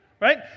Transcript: right